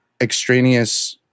extraneous